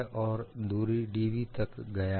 और यह दूरी dv तक गया है